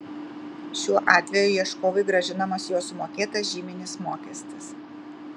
šiuo atveju ieškovui grąžinamas jo sumokėtas žyminis mokestis